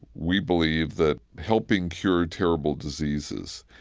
we believe that helping cure terrible diseases,